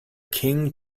king